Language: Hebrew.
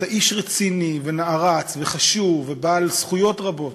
אתה איש רציני ונערץ וחשוב ובעל זכויות רבות.